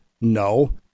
no